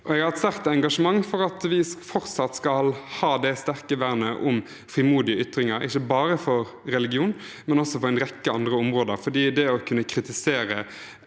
jeg har et sterkt engasjement for at vi fortsatt skal ha det sterke vernet om frimodige ytringer – ikke bare for religion, men også på en rekke andre områder.